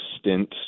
stint